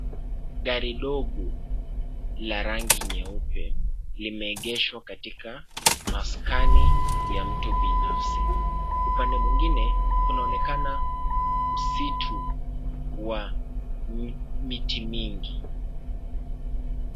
Gari dogo la rangi nyeupe limeegeshwa katika maskani ya mtu binafsi. Upande mwingine kunaonekana msitu wa miti mingi.